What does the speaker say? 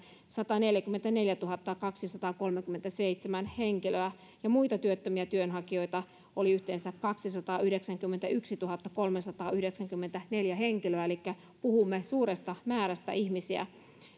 sataneljäkymmentäneljätuhattakaksisataakolmekymmentäseitsemän henkilöä ja muita työttömiä työnhakijoita oli yhteensä kaksisataayhdeksänkymmentätuhattakolmesataayhdeksänkymmentäneljä henkilöä elikkä puhumme suuresta määrästä ihmisiä